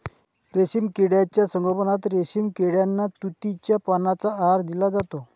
रेशीम किड्यांच्या संगोपनात रेशीम किड्यांना तुतीच्या पानांचा आहार दिला जातो